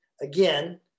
again